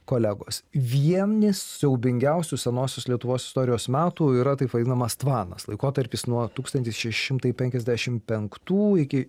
kolegos vieni siaubingiausių senosios lietuvos istorijos metų yra taip vadinamas tvanas laikotarpis nuo tūkstantis šeši šimtai penkiasdešim penktų iki